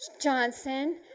Johnson